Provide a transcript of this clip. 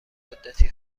مدتی